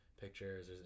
pictures